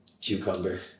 Cucumber